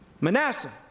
Manasseh